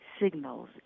signals